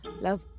love